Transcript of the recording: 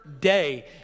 day